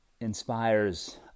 inspires